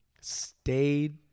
stayed